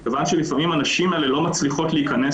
מכיוון שלפעמים האלה לא מצליחות להיכנס